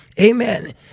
Amen